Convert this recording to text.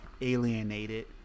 alienated